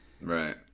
Right